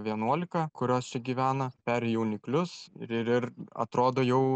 vienuolika kurios čia gyvena peri jauniklius ir ir ir atrodo jau